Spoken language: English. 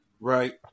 right